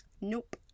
Nope